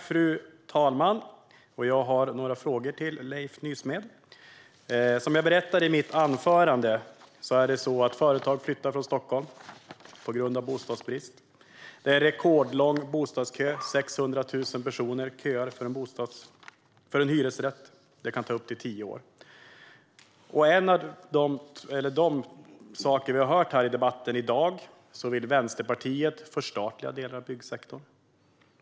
Fru talman! Jag har några frågor till Leif Nysmed. Som jag berättade i mitt anförande flyttar företag från Stockholm på grund av bostadsbrist. Det är en rekordlång bostadskö. Det är 600 000 personer som köar till en hyresrätt. Det kan ta upp till tio år. En av de saker vi har hört i debatten i dag är att Vänsterpartiet vill förstatliga delar av byggsektorn.